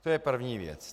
To je první věc.